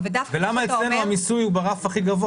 ולמה אצלנו המיסוי הוא ברף הכי גבוה?